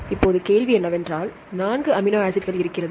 இப்போது கேள்வி என்னவென்றால் 4 அமினோ ஆசிட்கள் இருக்கிறது